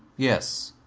yes.